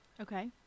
Okay